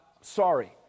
sorry